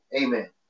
Amen